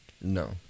No